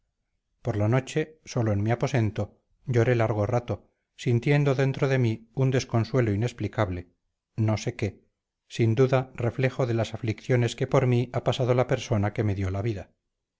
por la noche solo en mi aposento lloré largo rato sintiendo dentro de mí un desconsuelo inexplicable no sé qué sin duda reflejo de las aflicciones que por mí ha pasado la persona que me dio la vida